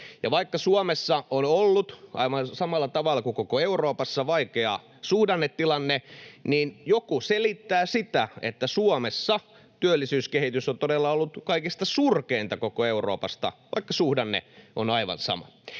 vaikka Suomessa on ollut aivan samalla tavalla kuin koko Euroopassa vaikea suhdannetilanne, niin jokin selittää sitä, että Suomessa työllisyyskehitys on todella ollut kaikista surkeinta koko Euroopassa, vaikka suhdanne on aivan sama.